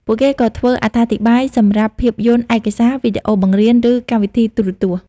ពួកគេក៏ធ្វើអត្ថាធិប្បាយ សម្រាប់ភាពយន្តឯកសារ វីដេអូបង្រៀន ឬកម្មវិធីទូរទស្សន៍។